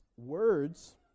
words